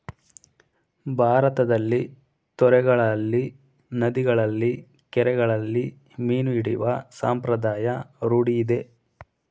ಭಾರತದಲ್ಲಿ ತೊರೆಗಳಲ್ಲಿ, ನದಿಗಳಲ್ಲಿ, ಕೆರೆಗಳಲ್ಲಿ ಮೀನು ಹಿಡಿಯುವ ಸಂಪ್ರದಾಯ ರೂಢಿಯಿದೆ